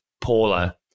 Paula